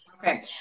Okay